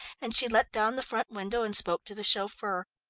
and she let down the front window and spoke to the chauffeur.